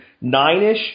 nine-ish